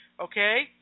okay